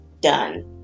Done